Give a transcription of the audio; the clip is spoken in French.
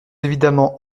évidemment